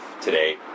Today